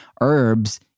herbs